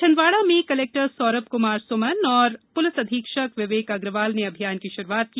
छिंदवाड़ा में कलेक्टर सौरभ कमार सुमन और पुलिस अधीक्षक विवेक अग्रवाल ने अभियान की शुरूआत की